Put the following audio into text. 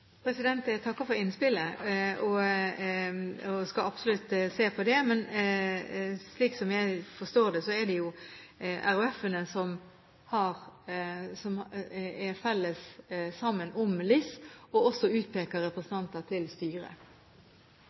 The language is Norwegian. Jeg takker for innspillet, og skal absolutt se på det. Men slik jeg forstår det, er det RHF-ene som er sammen om LIS, og som også utpeker representantene til styret.